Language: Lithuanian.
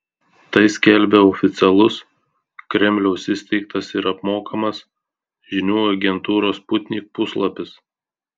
tai skelbia oficialus kremliaus įsteigtas ir apmokamas žinių agentūros sputnik puslapis